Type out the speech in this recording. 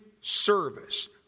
service